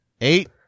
Eight